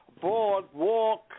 Boardwalk